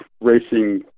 racing